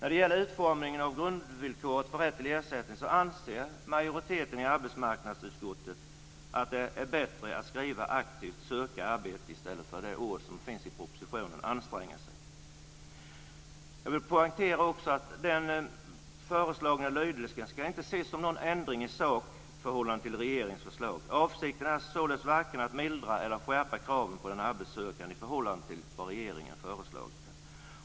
När det gäller utformningen av grundvillkoren för rätt till ersättning anser majoriteten i arbetsmarknadsutskottet att det är bättre att skriva "aktivt ska söka arbete" än de ord som finns i propositionen, nämligen "anstränga sig". Jag vill poängtera att den föreslagna lydelsen inte ska ses som en ändring i sak i förhållande till regeringens förslag. Avsikten är således varken att mildra eller skärpa kraven på den arbetssökande i förhållande till vad regeringen föreslagit.